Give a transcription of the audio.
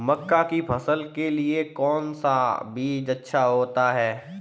मक्का की फसल के लिए कौन सा बीज अच्छा होता है?